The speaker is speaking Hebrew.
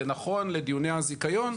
זה נכון לדיוני הזיכיון.